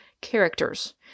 characters